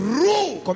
rule